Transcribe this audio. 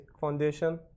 foundation